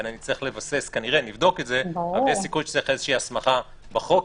אלא נצטרך לבסס נבדוק את זה יש סיכוי שצריך לתת הסמכה בחוק,